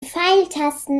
pfeiltasten